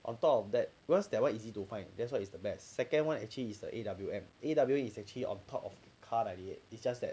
on top of that because that one easy to find that's what is the best second one actually is the A_W_M A_W_M is actually on top of K_A_R ninety eight is just that